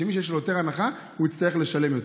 שמי שיש לו יותר הנחה יצטרך לשלם יותר.